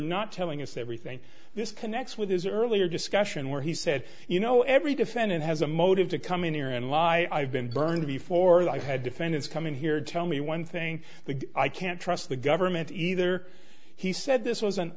not telling us everything this connects with his earlier discussion where he said you know every defendant has a motive to come in here and lie i've been burned before like i had defendants come in here tell me one thing i can't trust the government either he said this was